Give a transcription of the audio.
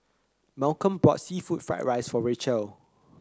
Malcolm bought seafood Fried Rice for Rachelle